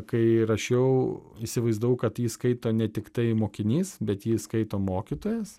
kai rašiau įsivaizdavau kad jį skaito ne tiktai mokinys bet jis skaito mokytojas